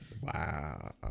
Wow